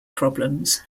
problems